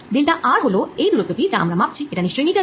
delta r হল এই দুরত্বটি যা আমরা মাপছি এটা নিশ্চই মিটার এ